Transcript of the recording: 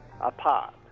apart